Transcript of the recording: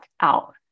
out